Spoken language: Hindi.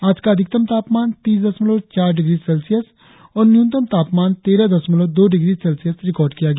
आज का अधिकतम तापमान तीस दशमलव चार डिग्री सेल्सियस और न्यूनतम तापमान तेरह दशमलव दो डिग्री सेल्सियस रिकार्ड किया गया